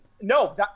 No